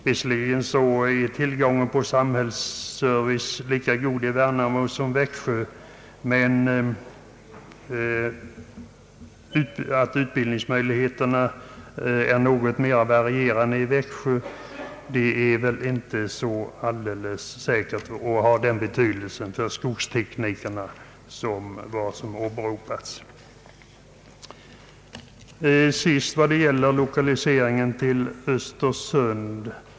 Visserligen är tillgången på samhällsservice lika god i Växjö som i Värnamo, men att utbildningsmöjligheterna är något mer varierande i Växjö behöver inte ha den betydelse för skogsteknikerna som åberopats. Till sist några ord beträffande 1okalisering till Östersund.